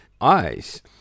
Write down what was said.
eyes